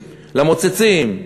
למוצצים,